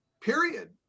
Period